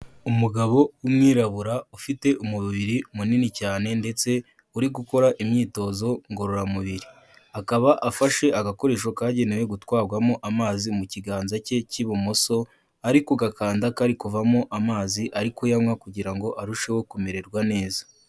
Umugabo w'umwirabura ufite umubiri munini cyane ndetse uri gukora imyitozo ngororamubiri, akaba afashe agakoresho kagenewe gutwarwamo amazi mu kiganza cye cy'ibumoso, ari kugakanda kari kuvamo amazi ari kuyanywa kugira ngo arusheho kumererwa neza.